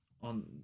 on